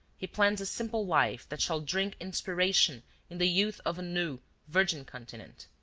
he plans a simple life that shall drink inspiration in the youth of a new, virgin continent.